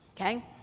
Okay